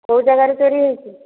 କେଉଁ ଜାଗାରେ ଚୋରି ହୋଇଛି